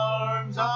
arms